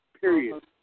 Period